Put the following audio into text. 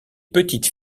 petites